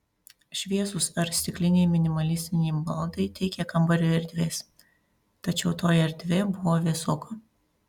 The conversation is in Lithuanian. šviesūs ar stikliniai minimalistiniai baldai teikė kambariui erdvės tačiau toji erdvė buvo vėsoka